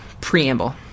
preamble